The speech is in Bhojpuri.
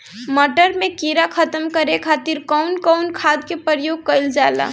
मटर में कीड़ा खत्म करे खातीर कउन कउन खाद के प्रयोग कईल जाला?